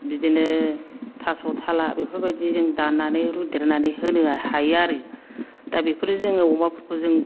बिदिनो थास' थाला बेफोरबायदि जों दाननानै रुदेरनानै होनो हायो आरो दा बेफोर जोङो अमाफोरखौ जों